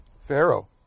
Pharaoh